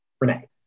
Renee